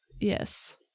Yes